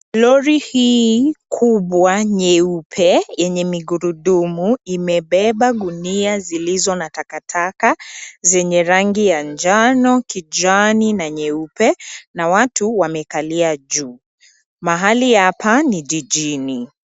Lori hii kubwa nyeupe lenye gurudumu imebeba gunia zilizo na takataka zenye rangi ya njano , kijani na nyeupe na watu wamekalia juu. Mahali hapa ni jijini.